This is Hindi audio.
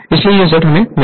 इसलिए यह Z हमें मिला है